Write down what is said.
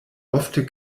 ofte